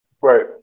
Right